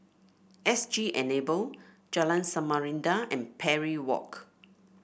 S G Enable Jalan Samarinda and Parry Walk